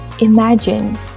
Imagine